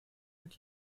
wird